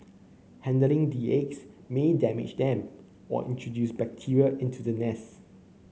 handling the eggs may damage them or introduce bacteria into the nest